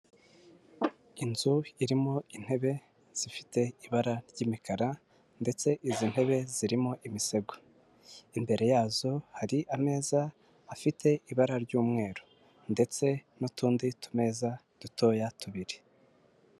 Inzu irimo intebe zifite ibara ry'imikara ndetse izi ntebe zirimo imisego, imbere yazo hari ameza afite ibara ry'umweru ndetse n'utundi tumeza dutoya tubiri.